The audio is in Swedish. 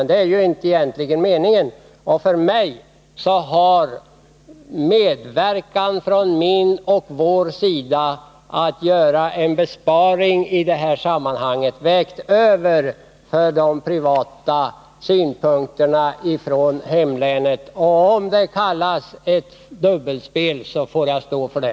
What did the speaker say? Det är egentligen inte meningen, och för mig har önskan att kunna medverka till att göra en besparing i det här sammanhanget vägt över de privata synpunkterna för hemlänet. Om det kallas dubbelspel får jag stå för det.